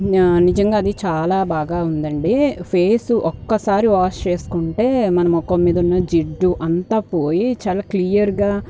నిజంగా అది చాలా బాగా ఉందండి ఫేస్ ఒక్కసారి వాష్ చేసుకుంటే మన మొఖం మీద ఉన్న జిడ్డు అంతా పోయి చాలా క్లియర్గా